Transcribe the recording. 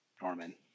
Norman